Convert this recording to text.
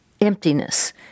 emptiness